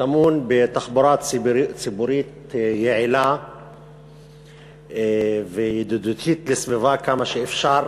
טמון בתחבורה ציבורית יעילה וידידותית לסביבה כמה שאפשר,